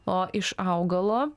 o iš augalo